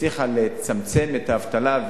והצליחה לצמצם את האבטלה.